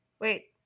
wait